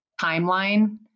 timeline